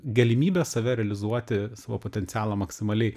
galimybę save realizuoti savo potencialą maksimaliai